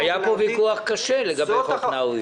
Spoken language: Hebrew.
נכון, היה פה ויכוח קשה לגבי חוק נאווי.